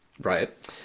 Right